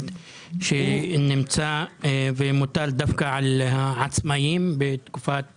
שנמצא ומוטל דווקא על העצמאים בתקופת